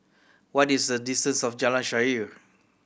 what is the distance to Jalan Shaer